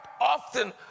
often